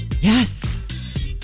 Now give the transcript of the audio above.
Yes